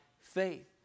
faith